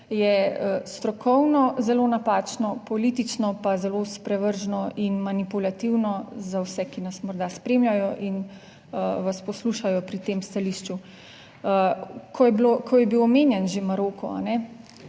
je strokovno zelo napačno, politično pa zelo sprevrženo in manipulativno za vse, ki nas morda spremljajo in vas poslušajo pri tem stališču. Ko je bil omenjen že Maroko,